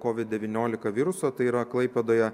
covid devyniolika viruso tai yra klaipėdoje